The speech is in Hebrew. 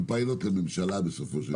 הוא פיילוט לממשלה בסופו של דבר.